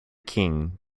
king